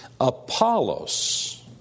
Apollos